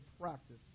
practice